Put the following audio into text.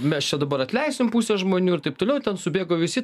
mes čia dabar atleisim pusę žmonių ir taip toliau ten subėgo visi